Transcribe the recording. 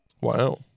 wow